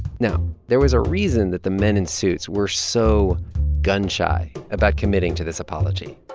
now, there was a reason that the men in suits were so gun-shy about committing to this apology.